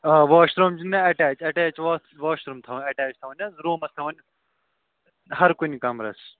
آ washroom چھُ مےٚ اَٹیچ اَٹیچ وا واش روٗم تھاوٕنۍ اَٹیچ تھاوٕنۍ حظ روٗمَس تھاوٕنۍ ہَر کُنہِ کَمرَس